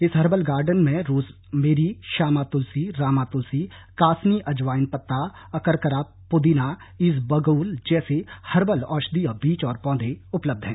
इस herbal garden में rosemary श्यामा तुलसी रामा तुलसी कासनी अजवाइन पत्ता अकरकरा पुदीना इसबगोल जैसे हर्बल औषधीय बीज और पौधे उपलब्ध हैं